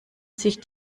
sich